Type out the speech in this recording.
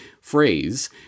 phrase